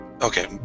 okay